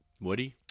Woody